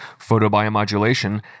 Photobiomodulation